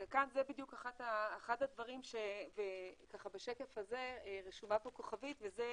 אז זה בדיוק אחד הדברים ש בשקף הזה רשומה פה כוכבית וזאת